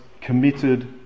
committed